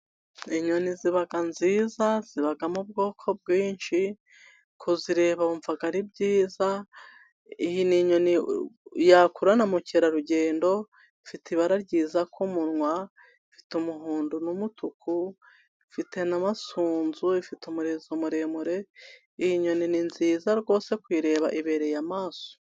Inyoni ziba nziza zibamo ubwoko bwinshi kuzireba wumvaga ari byiza, iyi ni inyoni yakurura na mukerarugendo, ifite ibara ryiza ku munwa ufite umuhondo n'umutuku ifite na masunzu ifite umurizo muremure, iyi nyoni ni nziza rwose kuyireba ibereye amaso.